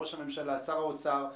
ראש הממשלה ושר האוצר.